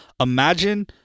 imagine